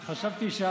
אנחנו זכינו,